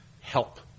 help